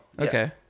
Okay